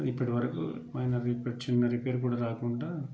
అది ఇప్పటి వరకు అయిన రిపేర్ చిన్న రిపేర్ కూడా రాకుండా